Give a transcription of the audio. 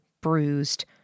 bruised